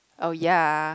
oh ya